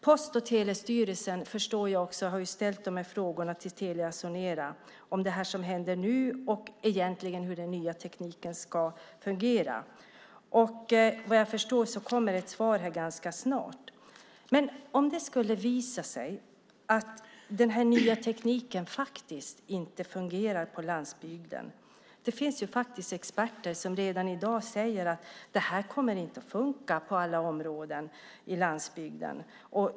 Post och telestyrelsen har frågat Telia Sonera om det som händer nu och om hur den nya tekniken ska fungera. Vad jag förstår kommer ett svar ganska snart. Men tänk om det skulle visa sig att den nya tekniken faktiskt inte fungerar på landsbygden! De finns ju experter som redan i dag säger att det här inte kommer att funka i alla områden på landsbygden.